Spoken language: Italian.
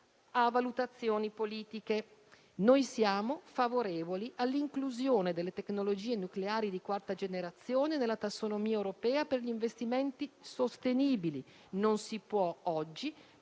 a valutazioni politiche. Noi siamo favorevoli all'inclusione delle tecnologie nucleari di quarta generazione nella tassonomia europea per gli investimenti sostenibili; non si può oggi